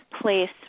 place